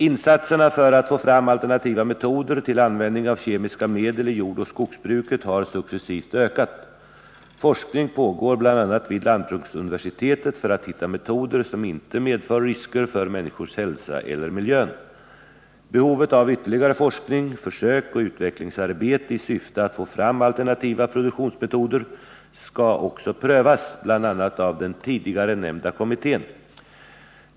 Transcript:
Insatserna för att få fram alternativa metoder till användningen av kemiska medel i jordoch skogsbruket har successivt ökat. Forskning pågår, bl.a. vid lantbruksuniversitetet, för att hitta metoder som inte medför risker för människors hälsa eller miljön. Behovet av ytterligare forskning, försök och utvecklingsarbete i syfte att få fram alternativa produktionsmetoder skall också prövas, bl.a. av den tidigare nämnda kommittén.